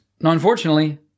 unfortunately